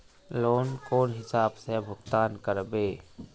Loan कौन हिसाब से भुगतान करबे?